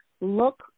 Look